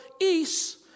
east